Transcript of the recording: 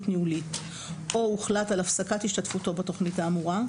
ניהולית או הוחלט על הפסקת השתתפותו בתוכנית האמורה,